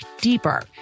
deeper